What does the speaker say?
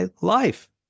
life